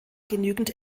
genügend